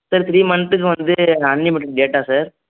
sir three மந்த்துக்கு வந்து unlimited data sir